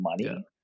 money